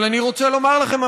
אבל אני רוצה לומר לכם,